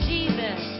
Jesus